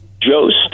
Jost